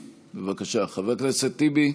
חבר הכנסת אחמד טיבי,